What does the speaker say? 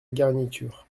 garniture